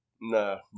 no